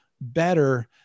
better